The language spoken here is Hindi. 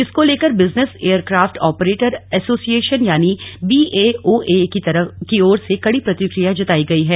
इसको लेकर बिजनेस एयरक्राफ्ट आपरेटर एसोसिएशन यानि बीएओए की ओर से कड़ी प्रतिक्रिया जतायी गई है